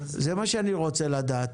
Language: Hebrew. זה מה שאני רוצה לדעת,